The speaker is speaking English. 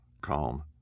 calm